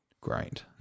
great